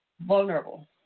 vulnerable